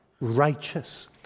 righteous